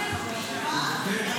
דורסנים, זה בדיוק מה שאמרתי.